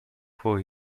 for